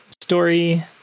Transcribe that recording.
Story